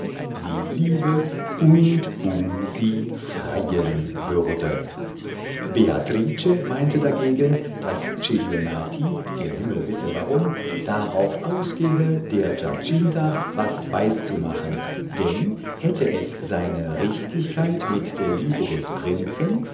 sie liebe und um sie freien würde beatrice meinte dagegen daß celionati der himmel wisse warum darauf ausgehe der giacinta was weiszumachen denn hätte es seine richtigkeit mit der liebe des prinzen